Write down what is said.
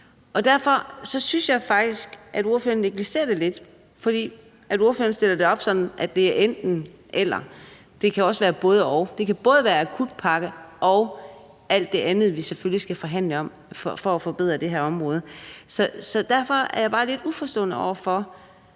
Jeg synes faktisk, at ordføreren negligerer det lidt, for ordføreren stiller det op sådan, at det er enten-eller, men det kan også være både-og. Det kan både være en akutpakke og alt det andet, vi selvfølgelig skal forhandle om for at skabe forbedringer på det her område. Derfor er jeg bare lidt uforstående over for,